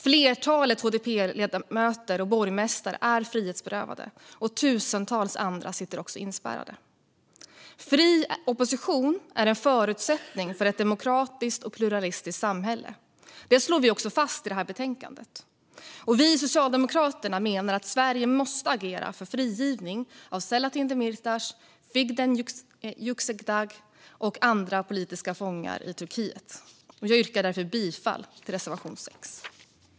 Flertalet av HDP:s ledamöter och borgmästare är frihetsberövade, och tusentals andra sitter inspärrade. Fri opposition är en förutsättning för ett demokratiskt och pluralistiskt samhälle. Detta slår vi också fast i betänkandet. Vi i Socialdemokraterna menar att Sverige måste agera för frigivning av Selahattin Demirtas, Figen Yüksekdag och andra politiska fångar i Turkiet. Jag yrkar därför bifall till reservation 6.